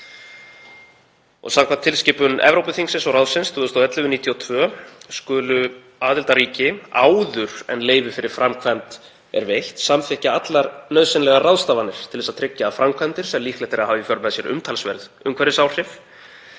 Samkvæmt tilskipun Evrópuþingsins og ráðsins nr. 2011/92 skulu aðildarríki áður en leyfi fyrir framkvæmd er veitt samþykkja allar nauðsynlegar ráðstafanir til að tryggja að framkvæmdir sem líklegt er að hafi í för með sér umtalsverð umhverfisáhrif